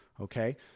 okay